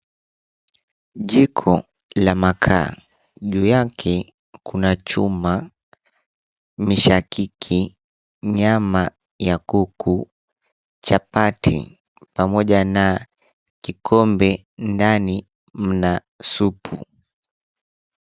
Jiko la makaa juu yake kuna chuma, mishakiki, nyama ya kuku, chapati pamoja na kikombe ndani mna supu.